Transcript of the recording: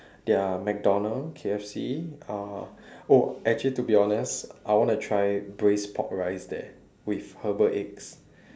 their mcdonald K_F_C uh oh actually to be honest I want to try braised pork rice there with herbal eggs